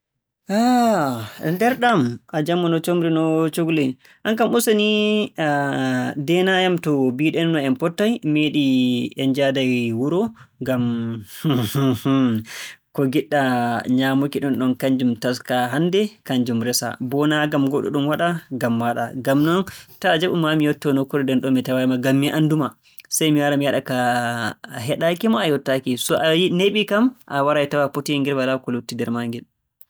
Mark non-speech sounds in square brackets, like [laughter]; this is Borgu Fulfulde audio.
Ah, derɗam a jamo, no comri no cukle, aan kam useni [hesitation] ndeenaa yam to mbiiɗenno en pottay mi yiɗi en njahday wuro, ngam [hesitation] ko ngiɗɗaa nyaamuki ɗumɗon kannjum taskaa hannde, kannjum resaa, boo naa ngam goɗɗo ɗum waɗaa, ngam maaɗa. Ngam non taa jaɓu maa mi yottoo nokkuure nden ɗon mi tawaayi ma. Ngam mi anndu ma, sey mi wara mi waɗa ka heɗaaki ma a yottaaki. So a neeɓii kam a waray tawaa potiyel ngel walaa ko lutti nder maagel.